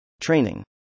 Training